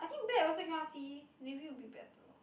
I think black also cannot see maybe will be better